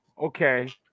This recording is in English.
okay